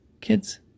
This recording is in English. kids